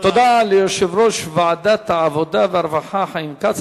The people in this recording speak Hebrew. תודה ליושב-ראש ועדת העבודה והרווחה חיים כץ.